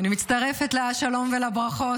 אני מצטרפת לשלום ולברכות.